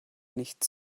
nicht